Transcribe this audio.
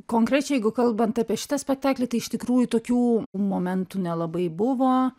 konkrečiai jeigu kalbant apie šitą spektaklį tai iš tikrųjų tokių momentų nelabai buvo